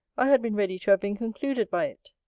i had been ready to have been concluded by it.